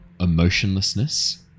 emotionlessness